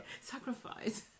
sacrifice